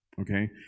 okay